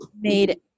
made